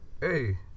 hey